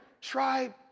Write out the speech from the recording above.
try